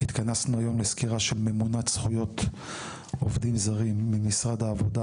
התכנסנו היום לסקירת של ממונת זכויות עובדים זרים ממשרד העבודה,